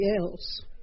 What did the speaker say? else